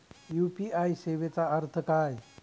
UPI सेवेचा अर्थ काय?